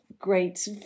Great